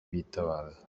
bitabaza